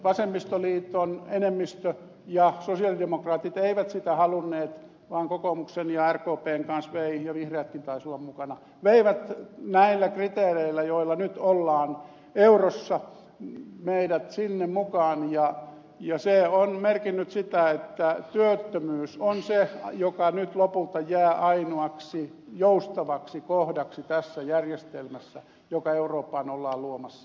vasemmistoliiton enemmistö ja sosialidemokraatit eivät sitä halunneet vaan veivät kokoomuksen ja rkpn kanssa ja vihreätkin taisivat olla mukana näillä kriteereillä joilla nyt ollaan eurossa meidät sinne mukaan ja se on merkinnyt sitä että työttömyys on se joka nyt lopulta jää ainoaksi joustavaksi kohdaksi tässä järjestelmässä joka eurooppaan ollaan luomassa